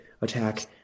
attack